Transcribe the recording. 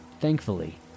Thankfully